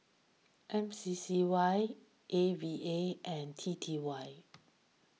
M C C Y A V A and T T Y